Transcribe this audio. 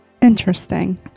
Interesting